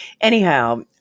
Anyhow